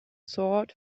sword